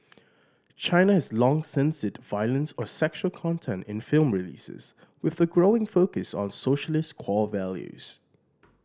China has long censored violence or sexual content in film releases with a growing focus on socialist core values